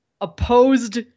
opposed